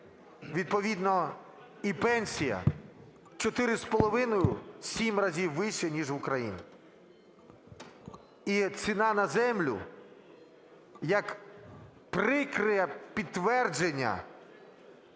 Відповідно і пенсія в 4,5-7 разів вище, ніж в Україні. І ціна на землю як прикре підтвердження